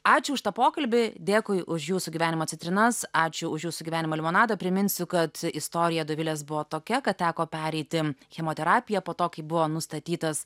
ačiū už tą pokalbį dėkui už jūsų gyvenimo citrinas ačiū už jūsų gyvenimo limonadą priminsiu kad istorija dovilės buvo tokia kad teko pereiti chemoterapiją po to kai buvo nustatytas